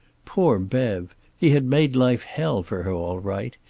poor bev! he had made life hell for her, all right.